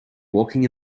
walking